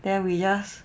then we just